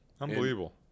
Unbelievable